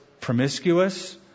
promiscuous